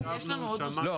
ישבנו ושמענו --- לא,